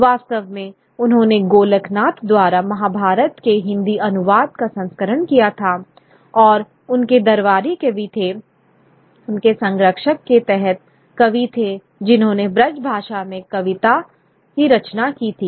वास्तव में उन्होंने गोलक नाथ द्वारा महाभारत के हिंदी अनुवाद का संरक्षण किया था और उनके दरबारी कवि थे उनके संरक्षक के तहत कवि थे जिन्होंने ब्रजभाषा में भी कविता की रचना की थी